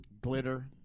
glitter